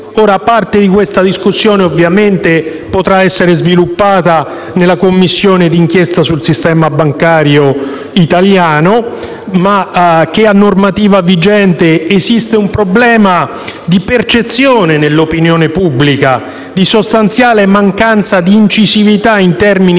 mesi. Parte di questa discussione, ovviamente, potrà essere sviluppata nella Commissione di inchiesta sul sistema bancario italiano. Atteso, però, che, a normativa vigente, esiste un problema di percezione nell'opinione pubblica di sostanziale mancanza di incisività in termini